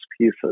pieces